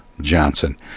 Johnson